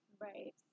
Right